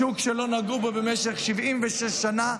שוק שלא נגעו בו במשך 76 שנה,